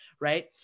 Right